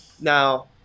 Now